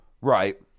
right